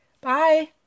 Bye